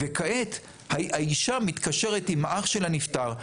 וכעת האישה מתקשרת עם האח של הנפטר.